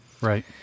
Right